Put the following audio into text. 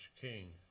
king